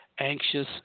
Anxious